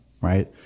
right